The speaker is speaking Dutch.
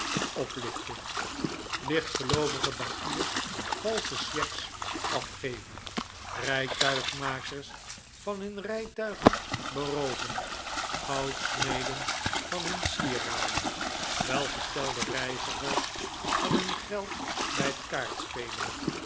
oplichten lichtgeloovige bankiers valsche cheques afgeven rijtuigmakers van hun rijtuigen berooven goudsmeden van hun sieraden welgestelde reizigers van hun geld bij het kaartspelen